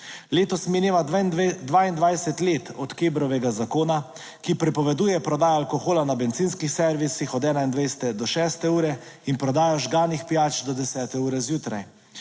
Letos mineva 22 let od Kebrovega zakona, ki prepoveduje prodajo alkohola na bencinskih servisih od 21. do 6. ure in prodajo žganih pijač do 10. ure zjutraj,